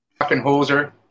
hoser